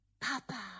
Papa